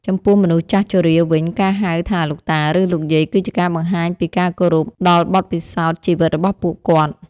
ចំពោះមនុស្សចាស់ជរាវិញការហៅថាលោកតាឬលោកយាយគឺជាការបង្ហាញពីការគោរពដល់បទពិសោធន៍ជីវិតរបស់ពួកគាត់។